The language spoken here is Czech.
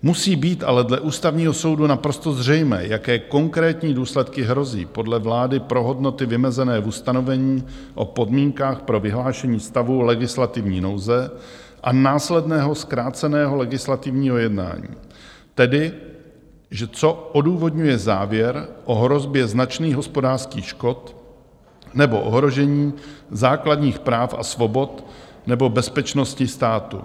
Musí být ale dle Ústavního soudu naprosto zřejmé, jaké konkrétní důsledky hrozí podle vlády pro hodnoty vymezené v ustanovení o podmínkách pro vyhlášení stavu legislativní nouze a následného zkráceného legislativního jednání, tedy co odůvodňuje závěr o hrozbě značných hospodářských škod nebo ohrožení základních práv a svobod nebo bezpečnosti státu.